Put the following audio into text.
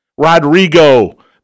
Rodrigo